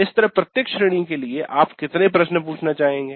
इस तरह प्रत्येक श्रेणी के लिए आप कितने प्रश्न पूछना चाहेंगे